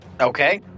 Okay